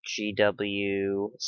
GW